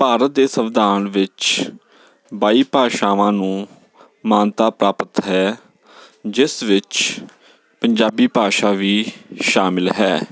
ਭਾਰਤ ਦੇ ਸੰਵਿਧਾਨ ਵਿੱਚ ਬਾਈ ਭਾਸ਼ਾਵਾਂ ਨੂੰ ਮਾਨਤਾ ਪ੍ਰਾਪਤ ਹੈ ਜਿਸ ਵਿੱਚ ਪੰਜਾਬੀ ਭਾਸ਼ਾ ਵੀ ਸ਼ਾਮਿਲ ਹੈ